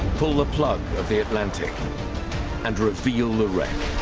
pull the plug of the atlantic and reveal the wreck.